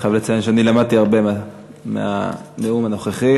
אני חייב לציין שאני למדתי הרבה מהנאום הנוכחי.